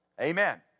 Amen